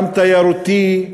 גם תיירותי,